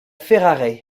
ferrare